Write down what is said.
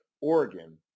Oregon